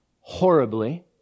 horribly